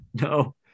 No